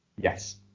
Yes